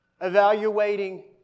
Evaluating